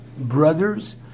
brothers